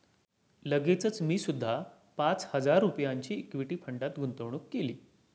लगेचच मी सुद्धा पाच हजार रुपयांची इक्विटी फंडात गुंतवणूक केली